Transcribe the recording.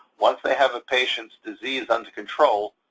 once they have a patient's disease under control,